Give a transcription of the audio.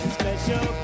special